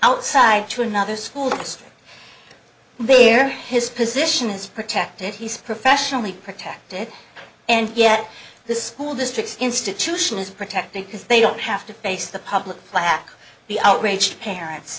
outside to another school district there his position is protected he's professionally protected and yet the school district's institution is protected because they don't have to face the public plaque the outraged parents